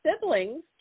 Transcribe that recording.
siblings